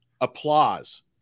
applause